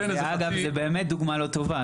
זו באמת דוגמה לא טובה,